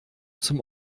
zum